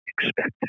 expected